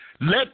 let